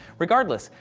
regardless,